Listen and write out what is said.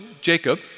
Jacob